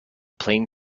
plane